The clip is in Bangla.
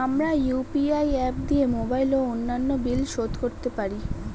আমরা ইউ.পি.আই অ্যাপ দিয়ে মোবাইল ও অন্যান্য বিল শোধ করতে পারি